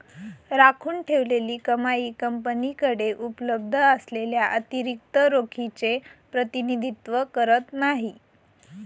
राखून ठेवलेली कमाई कंपनीकडे उपलब्ध असलेल्या अतिरिक्त रोखीचे प्रतिनिधित्व करत नाही